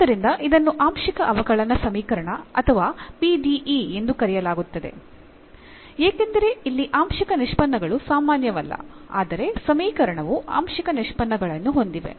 ಆದ್ದರಿಂದ ಇದನ್ನು ಆಂಶಿಕ ಅವಕಲನ ಸಮೀಕರಣ ಅಥವಾ ಪಿಡಿಇ ಎಂದು ಕರೆಯಲಾಗುತ್ತದೆ ಏಕೆಂದರೆ ಇಲ್ಲಿ ಆಂಶಿಕ ನಿಷ್ಪನ್ನಗಳು ಸಾಮಾನ್ಯವಲ್ಲ ಆದರೆ ಸಮೀಕರಣವು ಆಂಶಿಕ ನಿಷ್ಪನ್ನಗಳನ್ನು ಹೊಂದಿವೆ